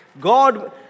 God